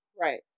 Right